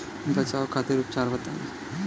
बचाव खातिर उपचार बताई?